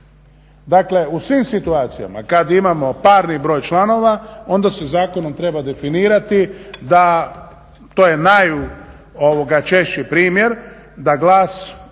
Dakle, u svim situacijama, kad imamo parni broj članova onda se zakonom treba definirati da to je najčešći primjer da glas